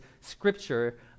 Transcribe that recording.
scripture